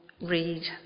read